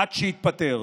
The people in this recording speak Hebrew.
עד שיתפטר.